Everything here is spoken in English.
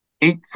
eight